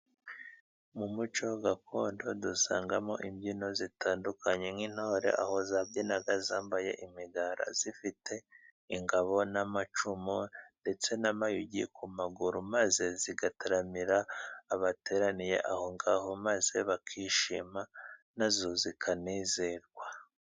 Mu muco gakondo dusangamo imbyino zitandukanye, nk'intore aho zabyinaga zambaye imigara, zifite ingabo n'amacumu ndetse n'amayugi ku maguru, maze zigataramira abateraniye aho ngaho, maze bakishima, na zo zikanezerwa.